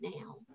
now